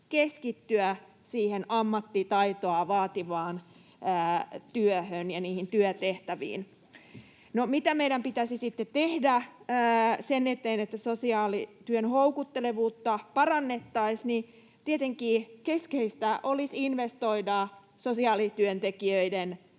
keskittyä siihen ammattitaitoa vaativaan työhön ja niihin työtehtäviin. No, mitä meidän pitäisi sitten tehdä sen eteen, että sosiaalityön houkuttelevuutta parannettaisiin? Tietenkin keskeistä olisi investoida sosiaalityöntekijöiden